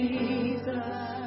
Jesus